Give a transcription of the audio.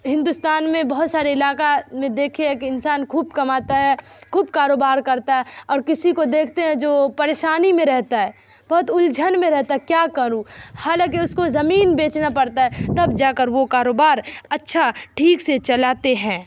ہندوستان میں بہت سارے علاقہ میں دیکھے ہے کہ انسان خوب کماتا ہے خوب کاروبار کرتا ہے اور کسی کو دیکھتے ہیں جو پریشانی میں رہتا ہے بہت الجھن میں رہتا ہے کیا کروں حالانکہ اس کو زمین بیچنا پڑتا ہے تب جا کر وہ کاروبار اچھا ٹھیک سے چلاتے ہیں